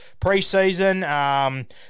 preseason